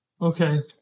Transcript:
Okay